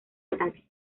ataque